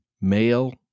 Male